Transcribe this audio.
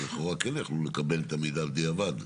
אז לכאורה כן יכלו לקבל את המידע בדיעבד.